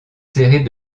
serrées